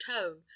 tone